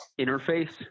interface